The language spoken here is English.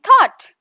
thought